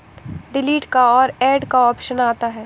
delete का और add का ऑप्शन आता है